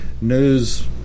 news